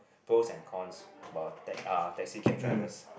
pros and cons about ah taxi cab drivers